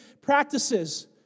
practices